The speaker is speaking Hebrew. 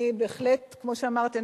כמו שאמרתי,